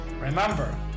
Remember